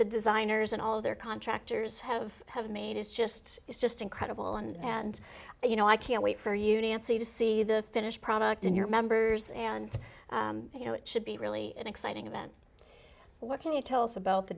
the designers and all of their contractors have have made is just it's just incredible and you know i can't wait for you nancy to see the finished product in your members and you know it should be really exciting event what can you tell us about the